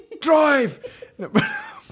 Drive